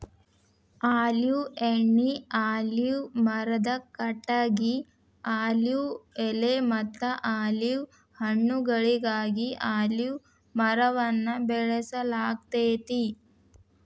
olive ಎಣ್ಣಿ, olive ಮರದ ಕಟಗಿ, ಆಲಿವ್ ಎಲೆಮತ್ತ ಆಲಿವ್ ಹಣ್ಣುಗಳಿಗಾಗಿ ಅಲಿವ್ ಮರವನ್ನ ಬೆಳಸಲಾಗ್ತೇತಿ